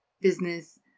business